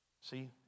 See